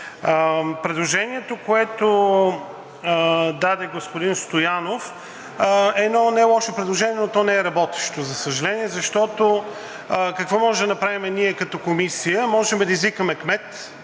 Предложението, което даде господин Стоянов, е едно нелошо предложение, но то не е работещо, за съжаление, защото какво можем да направим ние като комисия – можем да извикаме кмет